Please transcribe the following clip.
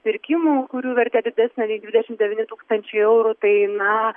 pirkimų kurių vertė didesnė nei dvidešim devyni tūkstančiai eurų tai na